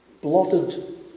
Blotted